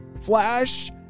Flash